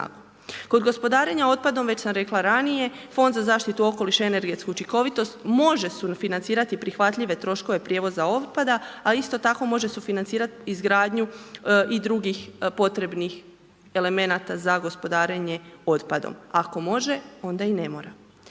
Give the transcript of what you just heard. Kod gospodarenja otpadom, već sam rekla ranije, fond za zaštitu okoliša i energetsku učinkovitost može sufinancirati prihvatljive troškove prijevoza otpada, a isto tako može sufinancirati izgradnju i drugih potrebnih elementa za gospodarenje otpadom. Ako može, onda i ne mora.